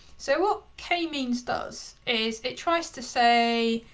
so what k-means does, is it tries to say,